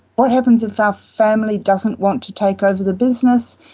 what happens if our family doesn't want to take over the business,